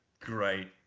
Great